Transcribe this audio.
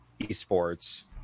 esports